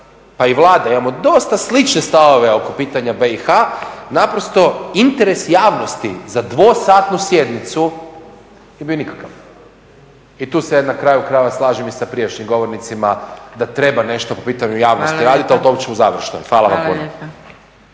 pa i Vlada imamo dosta slične stavove oko pitanja BiH naprosto interes javnosti za dvosatnu sjednicu je bio nikakav. I tu se na kraju krajeva slažem i sa prijašnjim govornicima da treba nešto po pitanju javnosti raditi ali to ću završno. Hvala vam puno.